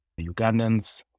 Ugandans